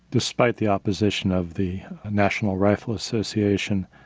despite the opposition of the national rifle association,